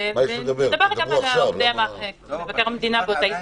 ונדבר גם על עובדי משרד מבקר המדינה באותה הזדמנות.